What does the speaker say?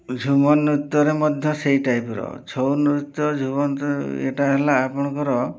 ଝୁମର୍ ନୃତ୍ୟରେ ମଧ୍ୟ ସେହି ଟାଇପ୍ର ଛଉ ନୃତ୍ୟ ଝୁମର୍ ଏଇଟା ହେଲା ଆପଣଙ୍କର